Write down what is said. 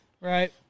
Right